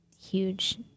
huge